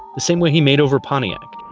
the same way he madeover pontiac.